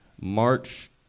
March